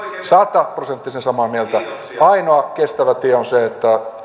sataprosenttisen samaa mieltä ainoa kestävä tie on se